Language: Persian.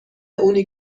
اونی